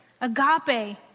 Agape